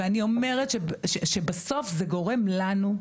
ואני אומרת שבסוף זה גורם לנו,